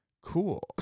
Cool